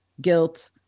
guilt